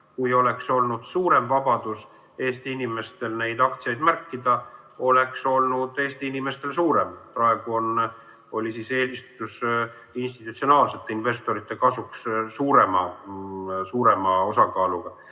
oleks olnud suurem vabadus neid aktsiaid märkida, oleks olnud Eesti inimestel suurem. Praegu oli eelistus institutsionaalsete investorite kasuks suurema osakaaluga.